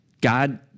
God